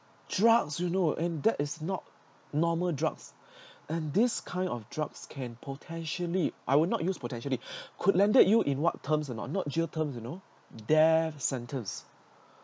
drugs you know and that is not normal drugs and this kind of drugs can potentially I will not use potentially could landed you in what terms or not not jail terms you know death sentences